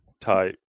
type